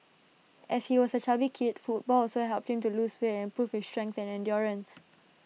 as he was A chubby kid football also helped him to lose weight and improve his strength and endurance